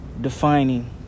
defining